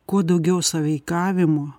kuo daugiau sąveikavimo